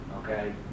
Okay